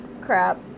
crap